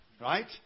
right